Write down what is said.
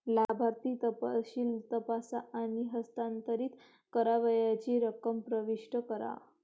लाभार्थी तपशील तपासा आणि हस्तांतरित करावयाची रक्कम प्रविष्ट करा